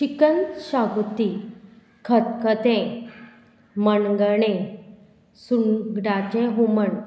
chicken शागोती खतखतें मणगणें सुंगटांचें हुमण